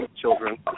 children